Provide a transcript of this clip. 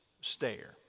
stare